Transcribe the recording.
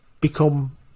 become